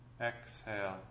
exhale